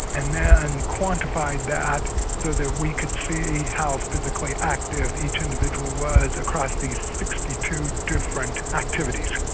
and then quantified that so that we could see how physically active each individual was across these sixty two different activities.